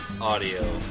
Audio